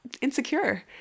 insecure